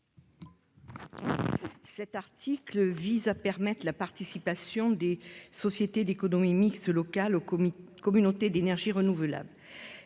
Cet article permet la participation de sociétés d'économie mixte locales (SEML) aux communautés d'énergie renouvelable.